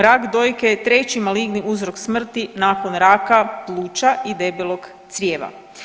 Rak dojke je treći maligni uzrok smrti nakon raka pluća i debelog crijeva.